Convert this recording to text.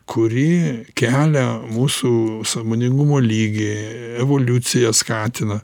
kuri kelia mūsų sąmoningumo lygį evoliuciją skatina